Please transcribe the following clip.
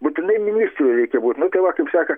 būtinai ministru reikia būt nu tai va kaip saka